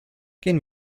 gehen